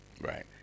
Right